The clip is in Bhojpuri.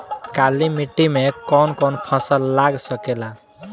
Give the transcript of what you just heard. काली मिट्टी मे कौन कौन फसल लाग सकेला?